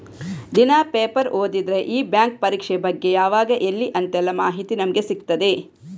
ದಿನಾ ಪೇಪರ್ ಓದಿದ್ರೆ ಈ ಬ್ಯಾಂಕ್ ಪರೀಕ್ಷೆ ಬಗ್ಗೆ ಯಾವಾಗ ಎಲ್ಲಿ ಅಂತೆಲ್ಲ ಮಾಹಿತಿ ನಮ್ಗೆ ಸಿಗ್ತದೆ